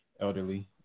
elderly